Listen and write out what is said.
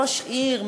ראש עיר,